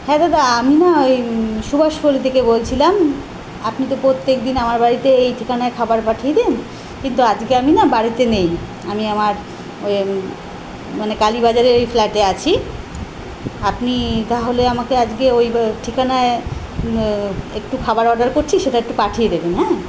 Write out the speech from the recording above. হ্যাঁ দাদা আমি না এই সুভাষপল্লী থেকে বলছিলাম আপনি তো প্রত্যেকদিন আমার বাড়িতে এই ঠিকানায় খাবার পাঠিয়ে দেন কিন্তু আজকে আমি না বাড়িতে নেই আমি আমার ওই মানে কালীবাজারের এই ফ্ল্যাটে আছি আপনি তাহলে আমাকে আজকে ওই ঠিকানায় একটু খাবার অর্ডার করছি সেটা একটু পাঠিয়ে দেবেন হ্যাঁ